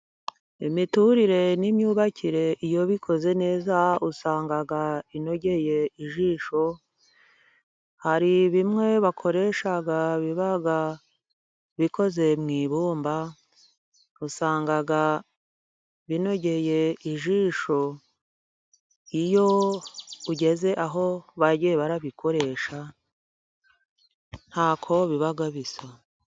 Imiturire n'imyubakire iyo bikozwe neza, usanga inogeye ijisho, hari bimwe bakoresha biba bikoze mu ibumba, usanga binogeye ijisho iyo ugeze aho bagiye barabikoresha. Ntako biba bisa.